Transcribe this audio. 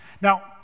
Now